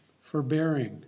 forbearing